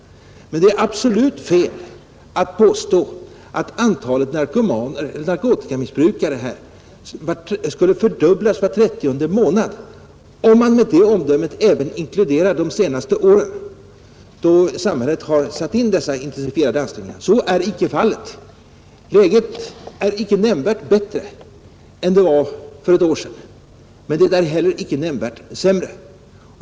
Men det är absolut fel att påstå att antalet narkotikamissbrukare här skulle fördubblas var trettionde månad, om man i det omdömet inkluderar även de senaste åren, då samhället har satt in intensifierade ansträngningar. Så är icke fallet. Läget är icke nämnvärt bättre än det var för ett eller två år sedan, men det är icke heller nämnvärt sämre.